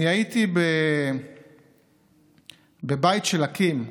הייתי בבית של אקי"ם.